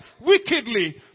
wickedly